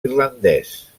irlandès